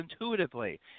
intuitively